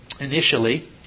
initially